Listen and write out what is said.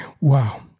Wow